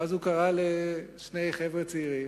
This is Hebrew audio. ואז הוא קרא לשני חבר'ה צעירים,